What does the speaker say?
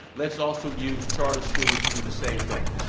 let's also use charter schools to do the same thing.